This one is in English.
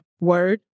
Word